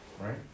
right